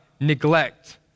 neglect